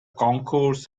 concourse